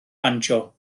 banjo